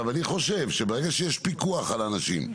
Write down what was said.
אני חשוב שברגע שיש פיקוח על האנשים,